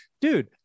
dude